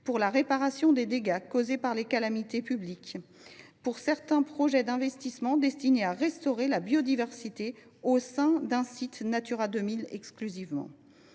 pour la réparation des dégâts causés par les calamités publiques, ainsi que pour certains projets d’investissement destinés à restaurer la biodiversité au sein d’un site Natura 2000 exclusivement.